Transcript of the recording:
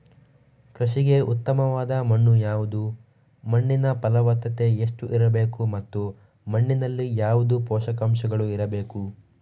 ಕೃಷಿಗೆ ಉತ್ತಮವಾದ ಮಣ್ಣು ಯಾವುದು, ಮಣ್ಣಿನ ಫಲವತ್ತತೆ ಎಷ್ಟು ಇರಬೇಕು ಮತ್ತು ಮಣ್ಣಿನಲ್ಲಿ ಯಾವುದು ಪೋಷಕಾಂಶಗಳು ಇರಬೇಕು?